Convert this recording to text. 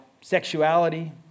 sexuality